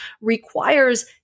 requires